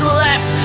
left